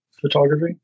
photography